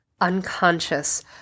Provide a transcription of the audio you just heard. unconscious